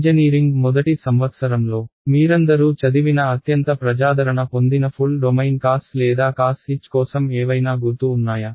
engineering మొదటి సంవత్సరంలో మీరందరూ చదివిన అత్యంత ప్రజాదరణ పొందిన ఫుల్ డొమైన్ కాస్ లేదా కాస్ h కోసం ఏవైనా గుర్తు ఉన్నాయా